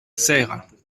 serres